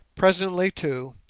presently, too,